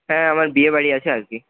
হ্যাঁ আমার বিয়েবাড়ি আছে আজকেই